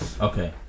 Okay